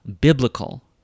biblical